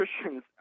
Christians